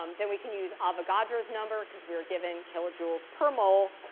um then we can use avogadro's number, because we're given kilojoules per mol,